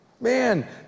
Man